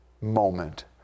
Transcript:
moment